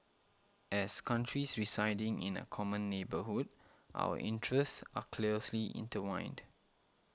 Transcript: as countries residing in a common neighbourhood our interests are closely intertwined